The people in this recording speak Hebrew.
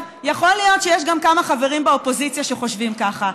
יכול להיות שיש גם כמה חברים באופוזיציה שחושבים ככה.